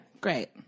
Great